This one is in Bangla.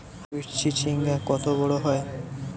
হাইব্রিড চিচিংঙ্গা কত বড় হয়?